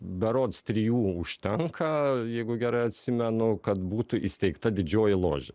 berods trijų užtenka jeigu gerai atsimenu kad būtų įsteigta didžioji ložė